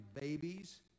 babies